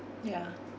ya